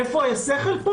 יש כאן שכל?